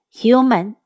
human